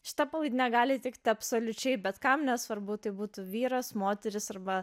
šita palaidine gali tikt absoliučiai bet kam nesvarbu tai būtų vyras moteris arba